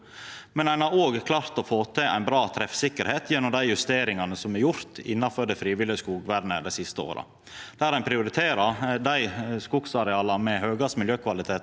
. Ein har òg klart å få det bra treffsikkert gjennom dei justeringane som er gjorde innanfor det frivillige skogvernet dei siste åra, der ein prioriterer dei skogsareala med høgast miljøkvalitetar